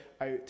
out